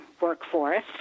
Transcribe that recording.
workforce